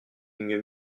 mieux